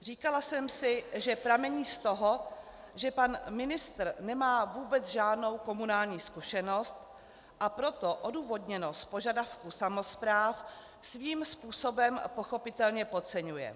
Říkala jsem si, že pramení z toho, že pan ministr nemá vůbec žádnou komunální zkušenost, a proto odůvodněnost požadavku samospráv svým způsobem pochopitelně podceňuje.